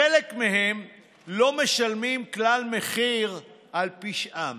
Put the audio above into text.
חלק מהם לא משלמים מחיר על פשעם ככלל,